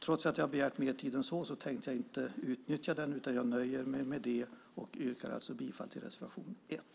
Trots att jag har anmält mig för ytterligare talartid ska jag inte utnyttja mer tid än så här, utan jag nöjer mig med det sagda och yrkar avslutningsvis bifall till reservation 1.